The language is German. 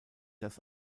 das